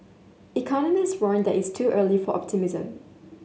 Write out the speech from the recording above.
economist warned that it is too early for optimism